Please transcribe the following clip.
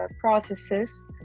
processes